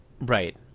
Right